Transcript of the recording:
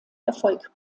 erfolg